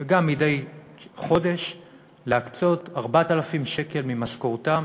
וגם מדי חודש להקצות 4,000 שקל ממשכורתם